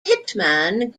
hitman